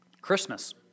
Christmas